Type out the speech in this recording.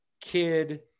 kid